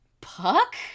Puck